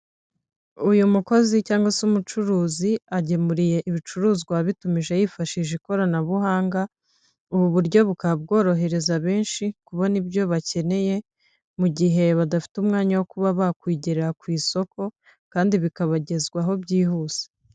Uyu mukozi cyangwa se umucuruzi agemuriye ibicuruzwa bitumije yifashisha ikoranabuhanga ubu buryo bukaba bworohereza benshi kubona ibyo bakeneye mu gihe badafite umwanya wo kuba bakwigira ku isoko kandi bikabagezwaho byihuse.